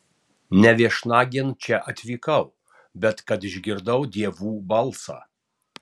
ne viešnagėn čia atvykau bet kad išgirdau dievų balsą